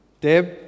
Deb